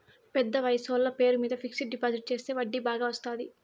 పెద్ద వయసోళ్ల పేరు మీద ఫిక్సడ్ డిపాజిట్ చెత్తే వడ్డీ బాగా వత్తాది